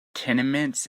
tenements